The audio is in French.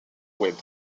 web